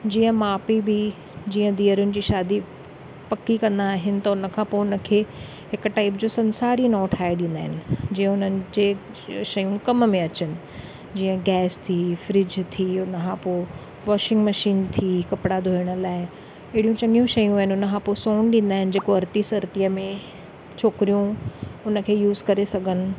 जीअं माउ पीउ बि जीअं धीअरुनि जी शादी पकी कंदा आहिनि त उन खां पोइ उन खे हिकु टाइप जो संसार ई नओं ठाहे ॾींदा आहिनि जीअं उन्हनि जे शयूं कम में अचनि जीअं गैस थी फ्रिज थी उन खां पोइ वॉशिंग मशीन थी कपिड़ा धुइण लाइ अहिड़ियूं चङियूं शयूं आहिनि उन खां पोइ सोन ॾींदा आहिनि जेको अरती सरतीअ में छोकिरियूं हुन खे यूज़ करे सघनि